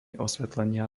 osvetlenia